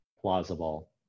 plausible